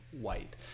white